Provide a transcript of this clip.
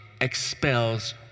expels